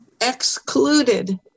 excluded